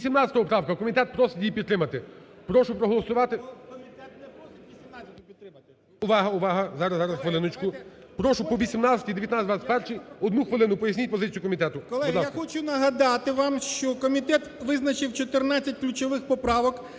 Колеги, я хочу нагадати вам, що комітет визначив 14 ключових поправок,